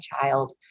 child